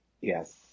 Yes